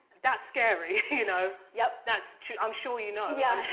that's scary, you know, yep, that's true i'm sure you know, yeah,